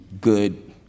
good